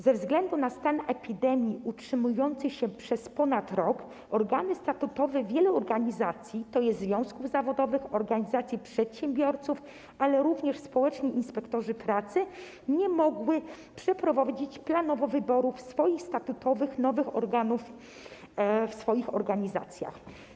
Ze względu na stan epidemii utrzymujący się ponad rok organy statutowe wielu organizacji, tj. związków zawodowych, organizacji przedsiębiorców, ale również jeśli chodzi o społecznych inspektorów pracy, nie mogły przeprowadzić planowo wyborów statutowych nowych organów w swoich organizacjach.